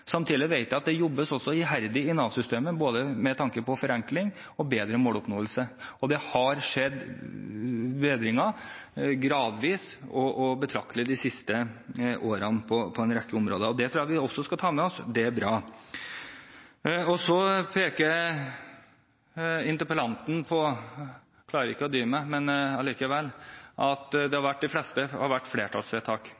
Samtidig vet jeg at det også jobbes iherdig i Nav-systemet både med tanke på forenkling og bedre måloppnåelse. Det har skjedd bedringer gradvis og betraktelig de siste årene på en rekke områder. Det tror jeg vi også skal ta med oss – det er bra. Så peker interpellanten på